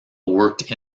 worked